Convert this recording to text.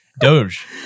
Doge